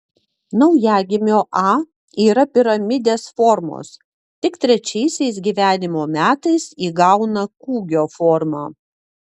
naujagimio a yra piramidės formos tik trečiaisiais gyvenimo metais įgauna kūgio formą